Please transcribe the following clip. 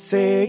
Say